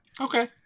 Okay